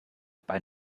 bei